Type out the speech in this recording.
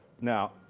Now